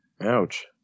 Ouch